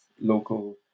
local